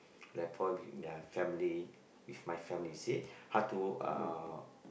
like problem with their family with my family see how to uh